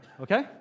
Okay